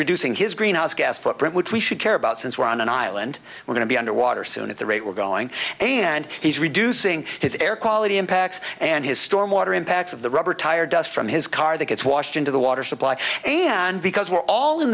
reducing his greenhouse gas footprint which we should care about since we're on an island we're going to be underwater soon at the rate we're going and he's reducing his air quality impacts and his storm water impacts of the rubber tire dust from his car that gets washed into the water supply and because we're all in